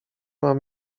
mam